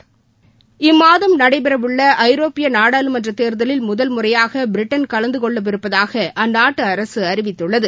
இம்மாதம் நடைபெறவுள்ளஐரோப்பியநாடாளுமன்றத் தேர்தலில் முதல்முறையாகபிரிட்டன் கலந்து கொள்ளவிருப்பதாக அந்நாட்டு அரசு அறிவித்துள்ளது